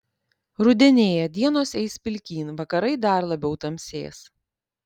rudenėja dienos eis pilkyn vakarai dar labiau tamsės